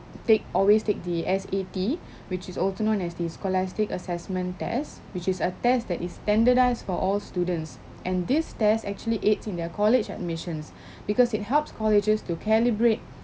take always take the S_A_T which is also known as the scholastic assessment test which is a test that is standardized for all students and this test actually aids in their college admissions because it helps colleges to calibrate